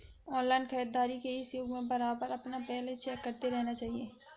online खरीदारी के इस युग में बारबार अपना बैलेंस चेक करते रहना चाहिए